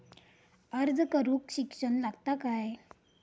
अर्ज करूक शिक्षण लागता काय?